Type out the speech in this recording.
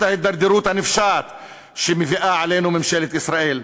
ההידרדרות הנפשעת שמביאה עלינו ממשלת ישראל.